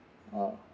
oh